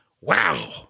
Wow